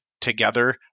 together